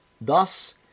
Thus